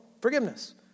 forgiveness